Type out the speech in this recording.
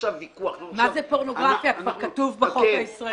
מה זה פורנוגרפיה כבר כתוב בחוק הישראלי.